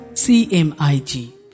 C-M-I-G